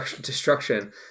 destruction